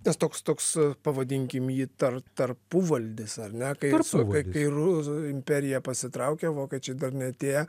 tas toks toks pavadinkim jį tar tarpuvaldis ar ne kai sakai kai ru imperija pasitraukė vokiečiai dar neatėję